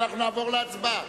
אנחנו נעבור להצבעה.